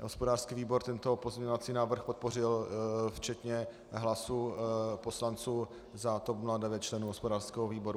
hospodářský výbor tento pozměňovací návrh podpořil včetně hlasů poslanců za TOP 09, členů hospodářského výboru.